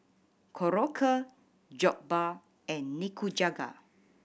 Korokke Jokbal and Nikujaga